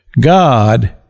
God